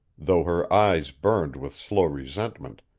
though her eyes burned with slow resentment,